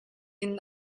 inn